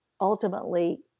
ultimately